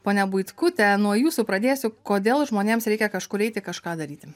ponia buitkute nuo jūsų pradėsiu kodėl žmonėms reikia kažkur eiti kažką daryti